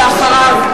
ואחריו,